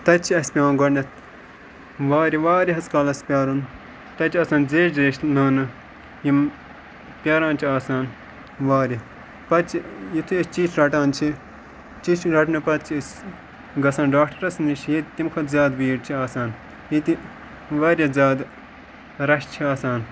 تَتہِ چھِ اَسہِ پٮ۪وان گۄڈنٮ۪تھ وارِ واریاہَس کالَس پیٛارُن تَتہِ آسان زیچھِ زیچھِ لٲنہٕ یِم پیٛاران چھِ آسان وارِ پَتہٕ چھِ یُتھُے أسۍ چِٹھ رَٹان چھِ چِٹھ رَٹنہٕ پَتہٕ چھِ أسۍ گژھان ڈاکٹرٛس نِش ییٚتہِ تَمہِ کھۄتہٕ زیادٕ بیٖڈ چھِ آسان ییٚتہِ واریاہ زیادٕ رَش چھِ آسان